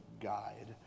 Guide